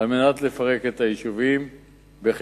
על מנת לפרק את היישובים בחלקם,